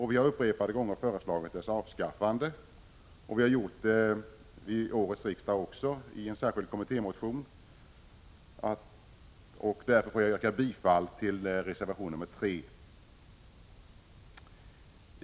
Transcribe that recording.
Vi har upprepade gånger föreslagit avgiftens avskaffande, även i en särskild kommittémotion till detta riksmöte. Jag får därför yrka bifall till reservation nr 3.